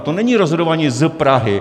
To není rozhodování z Prahy.